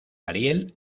ariel